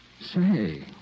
Say